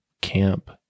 camp